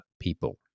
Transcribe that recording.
people